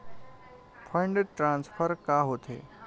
Fund transfer का होथे?